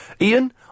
Ian